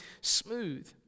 smooth